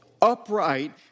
upright